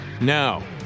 Now